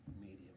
medium